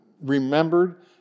remembered